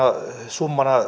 summana